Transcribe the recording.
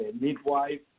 midwife